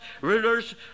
rulers